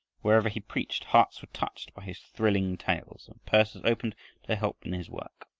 wherever he preached hearts were touched by his thrilling tales, and purses opened to help in his work.